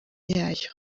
yayo